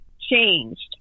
changed